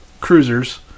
cruisers